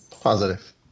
Positive